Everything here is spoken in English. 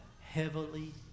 heavily